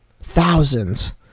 Thousands